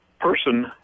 person